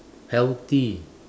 healthy